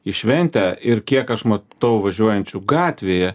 į šventę ir kiek aš matau važiuojančių gatvėje